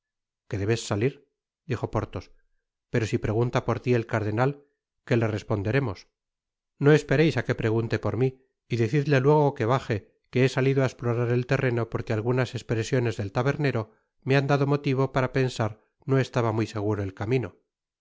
qué debes salir dijo porthos pero si pregunta por ti el cardenal que le responderemos no espereis á que pregunte por mi y decidle luego que baje que he salido á esplorar el terreno porque algunas espresiones del tabernero me han dado motivo para pensar no estaba muy seguro el camino